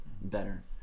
better